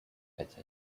kaca